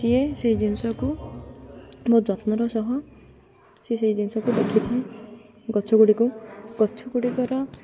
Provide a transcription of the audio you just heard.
ସିଏ ସେଇ ଜିନିଷକୁ ମୋ ଯତ୍ନର ସହ ସିଏ ସେଇ ଜିନିଷକୁ ଦେଖିଥାଏ ଗଛ ଗୁଡ଼ିକୁ ଗଛ ଗୁଡ଼ିକର